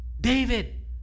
David